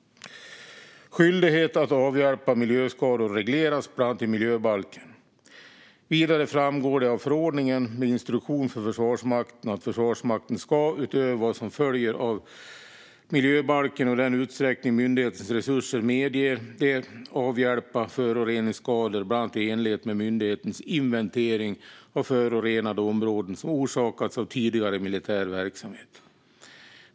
Skyldigheten att avhjälpa miljöskador regleras bland annat i miljöbalken. Vidare framgår det av förordningen med instruktion för Försvarsmakten att Försvarsmakten, utöver vad som följer av miljöbalken och i den utsträckning myndighetens resurser medger, ska avhjälpa föroreningsskador, bland annat i enlighet med myndighetens inventering av förorenade områden som orsakats av tidigare militär verksamhet.